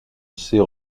ces